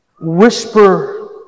whisper